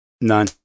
None